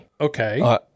Okay